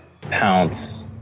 pounce